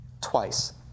twice